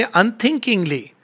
unthinkingly